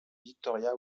victoria